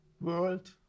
world